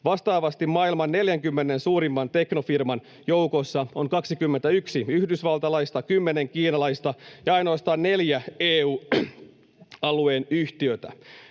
Vastaavasti maailman 40 suurimman teknofirman joukossa on 21 yhdysvaltalaista, kymmenen kiinalaista ja ainoastaan neljä EU-alueen yhtiötä.